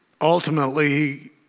Ultimately